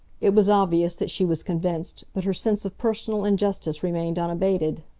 it was obvious that she was convinced, but her sense of personal injustice remained unabated.